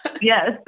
Yes